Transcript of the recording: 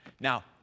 Now